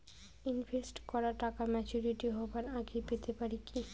Invest করা টাকা maturity হবার আগেই পেতে পারি কি?